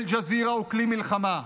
אל-ג'זירה הוא כלי מלחמה.